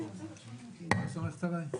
לא סומכת עליי?